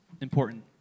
important